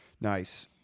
Nice